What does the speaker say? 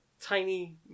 tiny